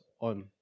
on